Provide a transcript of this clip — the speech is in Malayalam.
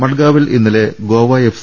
മഡ്ഗാവിൽ ഇന്നലെ ഗോവ എഫ്